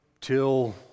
till